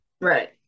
Right